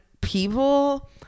people